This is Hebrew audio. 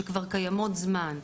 שכבר קיימות זמן.